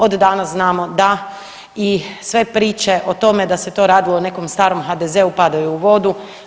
Od danas znamo da i sve priče o tome da se to radilo o nekom starom HDZ-u padaju u vodu.